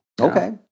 Okay